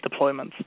deployments